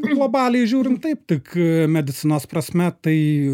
globaliai žiūrim taip tik medicinos prasme tai